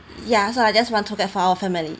ya so I just want tour guide for our family